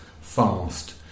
fast